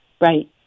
Right